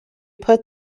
put